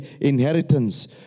inheritance